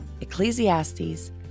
Ecclesiastes